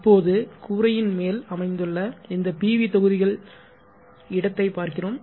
இப்போது கூரையின் மேல் அமைந்துள்ள இந்த PV தொகுதிகள் இடத்தைப் பார்க்கிறோம்